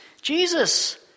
Jesus